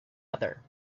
other